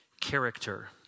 character